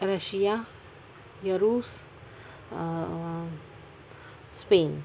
Russia یا روس Spain